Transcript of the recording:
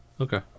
Okay